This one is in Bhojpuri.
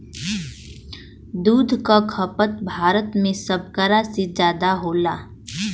दूध क खपत भारत में सभकरा से जादा होला